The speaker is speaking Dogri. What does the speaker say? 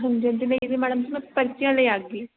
हां जी हां जी नेईं जी मैडम में पर्चियां लेई आह्गी